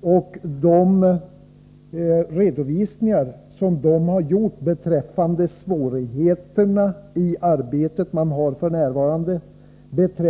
och vi har beaktat redovisningarna beträffande svårigheterna i kronofogdemyndigheternas arbete.